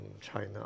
China